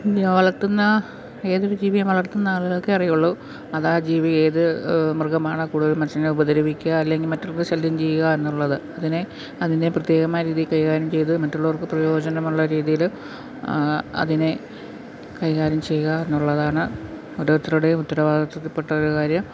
വളർത്തുന്ന എതൊരു ജീവിയേയും വളർത്തുന്ന ആളുകൾക്കേ അറിയുകയുളളൂ അതാ ജീവി ഏത് മൃഗമാണ് കൂടുതൽ മനുഷ്യനെ ഉപദ്രവിക്കുക അല്ലെങ്കിൽ മറ്റുള്ളവരെ ശല്യം ചെയ്യുക എന്നുള്ളത് അതിനെ അതിൻ്റെ പ്രത്യേകമായ രീതിയിൽ കൈകാര്യം ചെയ്ത് മറ്റുള്ളവർക്ക് പ്രയോജനമുള്ള രീതിയിൽ അതിനെ കൈകാര്യം ചെയ്യുക എന്നുള്ളതാണ് ഓരോരുത്തരുടേയും ഉത്തരവാദിത്തത്തിൽ പെട്ടൊരു കാര്യം